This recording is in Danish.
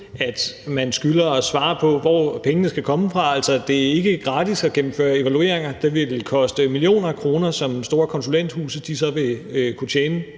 at man skylder at svare på, hvor pengene skal komme fra. Det er ikke gratis at gennemføre evalueringer, det vil vel koste millioner af kroner, som store konsulenthuse så vil kunne tjene